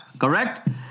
correct